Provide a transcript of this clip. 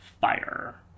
fire